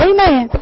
Amen